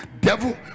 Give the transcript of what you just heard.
Devil